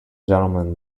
gentleman